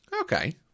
Okay